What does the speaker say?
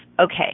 Okay